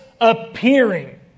appearing